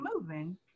moving